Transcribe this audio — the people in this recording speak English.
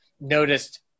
noticed